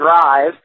Drive